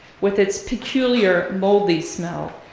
with its peculiar, moldy smell,